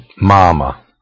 mama